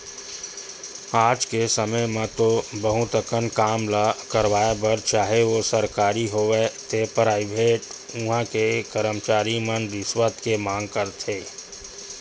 आज के समे म तो बहुत अकन काम ल करवाय बर चाहे ओ सरकारी होवय ते पराइवेट उहां के करमचारी मन रिस्वत के मांग करथे